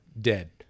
dead